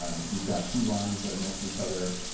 um if you've got two lines that are next to each other.